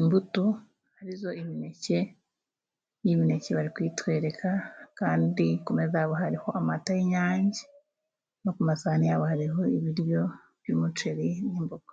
imbuto ari zo imineke, ni imineke bari kuyitwereka kandi ku meza yabo hariho amata y'inyange no ku masahani yabo hariho ibiryo by'umuceri n'imboga.